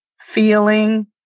feeling